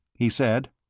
he said.